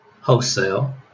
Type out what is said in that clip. Wholesale